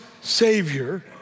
Savior